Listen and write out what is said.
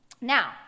Now